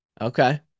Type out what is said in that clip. Okay